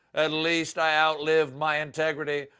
at least i outlived my integrity.